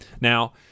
now